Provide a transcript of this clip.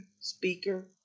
speaker